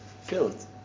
filled